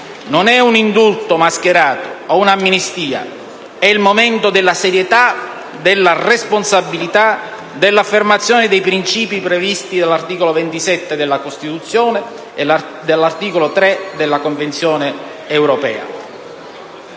non è un indulto mascherato o un'amnistia; è il momento della serietà, della responsabilità, dell'affermazione dei principi previsti dall'articolo 27 della Costituzione e dall'articolo 3 della Convenzione europea